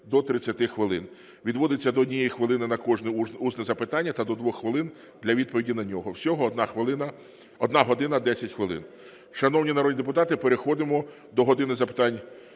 до 30 хвилин (відводиться до 1 хвилини на кожне усне запитання та до 2 хвилин для відповіді на нього). Всього – 1 година 10 хвилин. Шановні народні депутати, переходимо до "години запитань